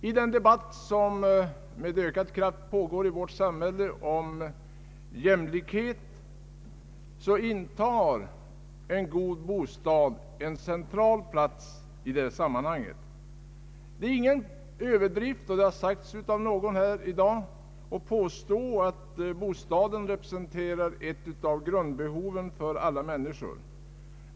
I den debatt som med ökad kraft pågår i vårt samhälle om jämlikhet intar en god bostad en central plats. Det är ingen överdrift att påstå — någon har sagt det förut i dag — att bostaden representerar ett av grundbehoven för alla människor.